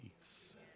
peace